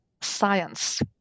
science